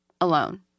Alone